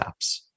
apps